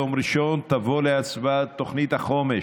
ביום ראשון תבוא להצבעה תוכנית החומש,